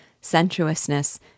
sensuousness